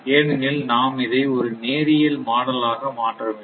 ஏனெனில் நாம் இதை ஒரு நேரியல் மாடல் ஆக மாற்ற வேண்டும்